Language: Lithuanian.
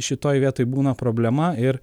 šitoj vietoj būna problema ir